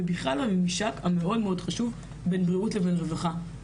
ובכלל בין בריאות לבין רווחה.